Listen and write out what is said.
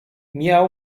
miał